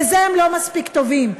לזה הם לא מספיק טובים.